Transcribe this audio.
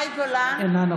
(קוראת בשמות חברי הכנסת) מאי גולן, אינה נוכחת